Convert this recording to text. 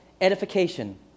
edification